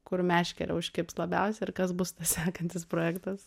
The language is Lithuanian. kur meškerė užkibs labiausiai ir kas bus tas sekantis projektas